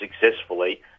successfully